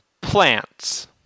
plants